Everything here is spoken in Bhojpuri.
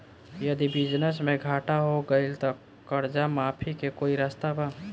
यदि बिजनेस मे घाटा हो गएल त कर्जा माफी के कोई रास्ता बा?